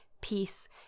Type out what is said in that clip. peace